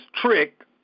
trick